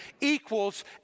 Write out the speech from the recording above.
equals